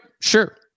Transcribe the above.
Sure